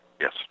Yes